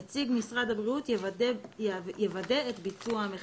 נציג משרד הבריאות יוודא את ביצוע המחיקה.".